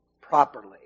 properly